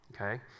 okay